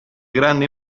grande